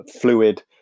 fluid